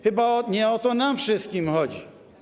Chyba nie o to nam wszystkim chodzi?